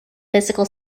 physical